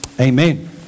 Amen